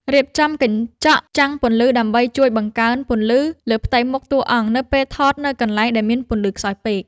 រៀបចំកញ្ចក់ចាំងពន្លឺដើម្បីជួយបង្កើនពន្លឺលើផ្ទៃមុខតួអង្គនៅពេលថតនៅកន្លែងដែលមានពន្លឺខ្សោយពេក។